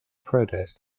protest